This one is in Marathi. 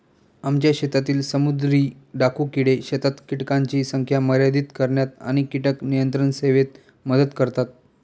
आमच्या शेतातील समुद्री डाकू किडे शेतात कीटकांची संख्या मर्यादित करण्यात आणि कीटक नियंत्रण सेवेत मदत करतात